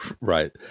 Right